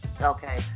Okay